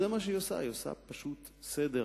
זה מה שהיא עושה, היא פשוט עושה סדר.